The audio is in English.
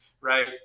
Right